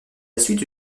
suite